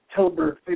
October